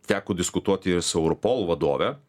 teko diskutuoti su europol vadove